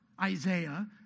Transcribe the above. Isaiah